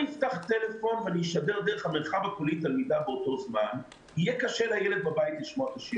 צריך להבין שהטריגר הגדול ביותר של הורה לשלוח את ילדו ללימודיו,